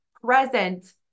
present